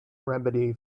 remedy